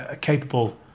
capable